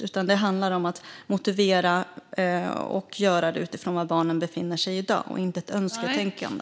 Det handlar i stället om att motivera barnen och göra det utifrån var de befinner sig i dag - inte utifrån ett önsketänkande.